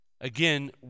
again